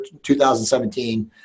2017